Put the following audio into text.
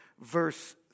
verse